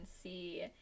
see